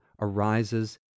arises